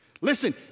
listen